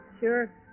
Sure